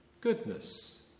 goodness